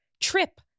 trip